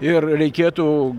ir reikėtų